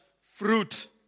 fruit